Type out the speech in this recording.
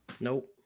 Nope